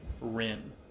Rin